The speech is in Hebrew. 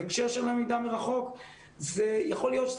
בהקשר של למידה מרחוק יכול להיות שצריך